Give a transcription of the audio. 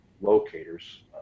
locators